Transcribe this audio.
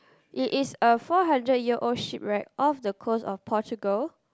it is a four hundred year old ship wreck off the coast of Portugal